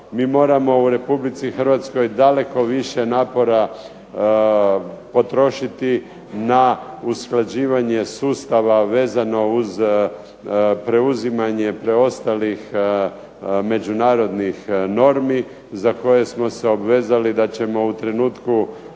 Mi moramo u Republici Hrvatskoj daleko više napora potrošiti na usklađivanje sustava vezano uz preuzimanje preostalih međunarodnih normi za koje smo se obvezali da ćemo u trenutku